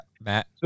Matt